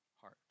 heart